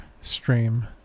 stream